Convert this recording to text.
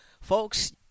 folks